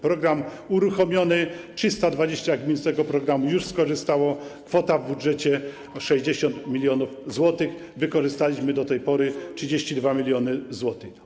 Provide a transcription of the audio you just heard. Program jest uruchomiony, 320 gmin z tego programu już skorzystało, kwota w budżecie to 60 mln zł, wykorzystaliśmy do tej pory 32 mln zł.